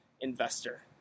investor